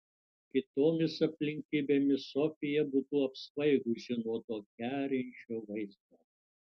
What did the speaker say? kitomis aplinkybėmis sofija būtų apsvaigusi nuo to kerinčio vaizdo